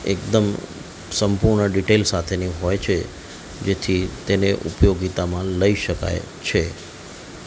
એકદમ સંપૂર્ણ ડિટેલ સાથેની હોય છે જેથી તેને ઉપયોગીતામાં લઈ શકાય છે